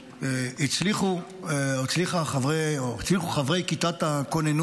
שהצליחו חברי כיתת הכוננות,